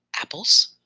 apples